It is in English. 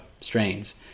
strains